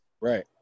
Right